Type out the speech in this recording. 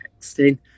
texting